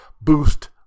boost